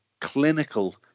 clinical